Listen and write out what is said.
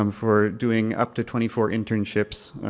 um for doing up to twenty four internships,